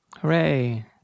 Hooray